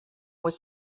was